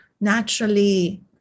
naturally